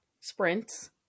sprints